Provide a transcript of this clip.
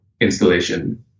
installation